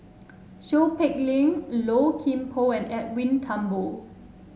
Seow Peck Leng Low Kim Pong and Edwin Thumboo